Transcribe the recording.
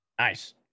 nice